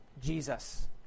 Jesus